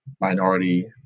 minority